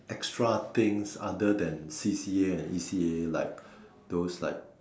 extra things other than C_C_A and E_C_A like those like